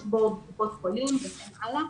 יש דש-בורד קופות חולים וכן הלאה.